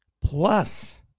plus